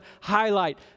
highlight